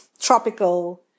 tropical